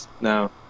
no